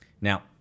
Now